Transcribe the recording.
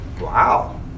Wow